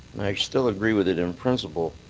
and i still agree with it in principle.